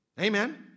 Amen